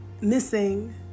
missing